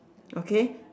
okay